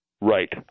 Right